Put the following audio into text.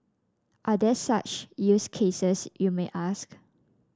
are there such use cases you may ask